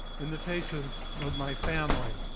in the faces of my family.